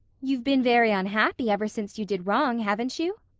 you've been very unhappy ever since you did wrong, haven't you?